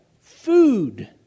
food